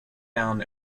down